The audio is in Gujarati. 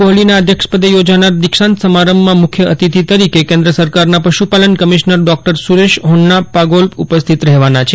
કોહલીના અધ્યક્ષપદે યોજાનાર દિક્ષાંત સમારંભમાં મુખ્ય અતિથિ તરીકે કેન્દ્ર સરકારના પશુપાલન કમિશનર ડોક્ટર સુરેશ હોન્નાપાગોલ ઉપસ્થિત રહેવાના છે